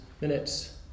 minutes